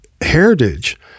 heritage